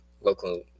local